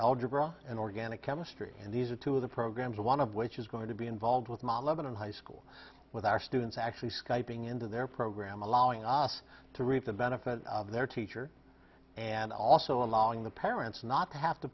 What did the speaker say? algebra and organic chemistry and these are two of the programs one of which is going to be involved with modern high school with our students actually skype ing into their program allowing us to reap the benefit of their teacher and also allowing the parents not to have to